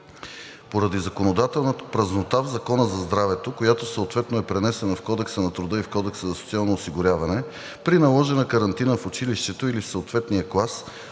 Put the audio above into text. Поради законодателна празнота в Закона за здравето, която съответно е пренесена в Кодекса на труда и в Кодекса за социалното осигуряване при наложена карантина в училището или в съответния клас,